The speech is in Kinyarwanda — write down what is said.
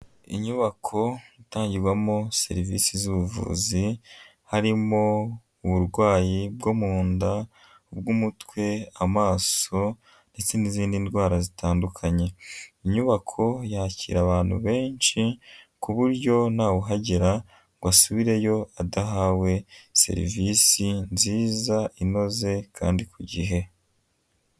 Inyubako itangirwamo serivisi z'ubuvuzi, harimo uburwayi bwo mu nda, ubw'umutwe, amaso ndetse n'izindi ndwara zitandukanye, inyubako yakira abantu benshi ku buryo ntawe uhagera ngo asubireyo adahawe serivisi nziza inoze kandi ku gihe.